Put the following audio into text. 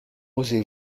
osez